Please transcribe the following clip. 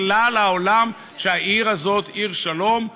אלא את כלל העולם שהעיר הזאת היא עיר שלום,